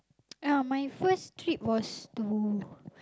ya my first trip was to